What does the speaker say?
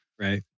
Right